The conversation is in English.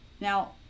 Now